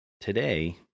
Today